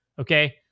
okay